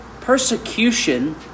Persecution